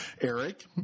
Eric